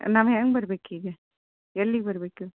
ನಾವು ಹ್ಯಾಂಗೆ ಬರ್ಬೇಕು ಈಗ ಎಲ್ಲಿಗೆ ಬರ್ಬೇಕು